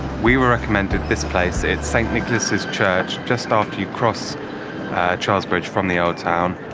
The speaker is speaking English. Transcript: we were recommended this place it's st nicholas's church just after you cross charles bridge from the town.